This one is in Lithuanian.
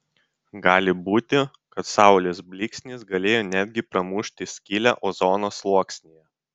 gali būti kad saulės blyksnis galėjo netgi pramušti skylę ozono sluoksnyje